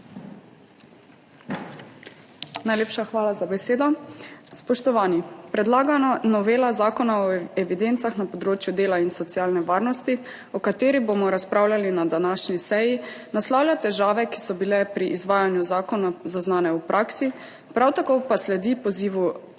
Najlepša hvala za besedo. Spoštovani! Predlagana novela Zakona o evidencah na področju dela in socialne varnosti, o kateri bomo razpravljali na današnji seji, naslavlja težave, ki so bile pri izvajanju zakona zaznane v praksi, prav tako pa sledi pozivu